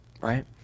right